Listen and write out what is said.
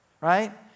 Right